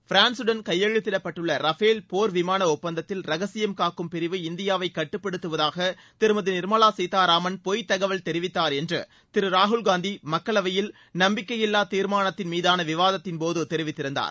பிரான்சுடன் கையெழுதிடப்பட்டுள்ள Rafale போர் விமான ஒப்பந்தத்தில் ரகசியம் காக்கும் பிரிவு இந்தியாவை கட்டுப்படுத்துவதாக திருமதி நிர்மலா கீத்தாராமன் பொய்த்தகவல் தெரிவித்தார் என்று திரு ராகுல்காந்தி மக்களவையில் நம்பிக்கையில்லா தீர்மானத்தின் மீதான விவாதத்தின்போது தெரிவித்திருந்தார்